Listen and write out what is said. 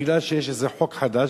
בגלל שיש איזה חוק חדש,